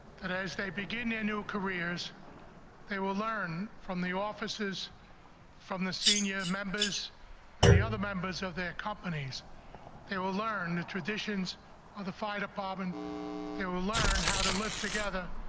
and as they begin their new careers they will learn from the officers from the senior members and the other members of their companies they will learn the traditions of the fire department who will learn how to live together.